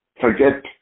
Forget